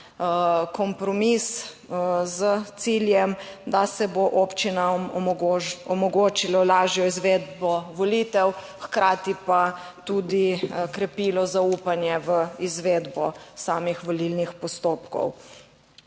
kompromis s ciljem, da se bo občinam omogočilo lažjo izvedbo volitev, hkrati pa tudi krepilo zaupanje v izvedbo samih volilnih postopkov.